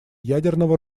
ядерного